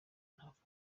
ntapfa